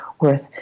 worth